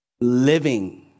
living